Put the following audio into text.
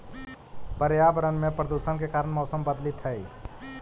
पर्यावरण में प्रदूषण के कारण मौसम बदलित हई